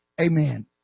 amen